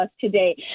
today